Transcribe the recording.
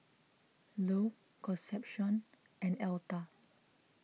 Lou Concepcion and Elta